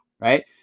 right